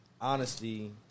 honesty